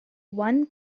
one